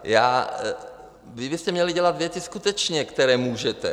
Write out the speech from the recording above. Vy byste měli dělat věci skutečně, které můžete.